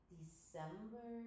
December